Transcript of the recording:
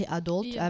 adult